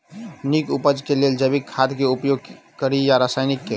नीक उपज केँ लेल जैविक खाद केँ उपयोग कड़ी या रासायनिक केँ?